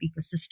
ecosystem